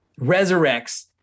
resurrects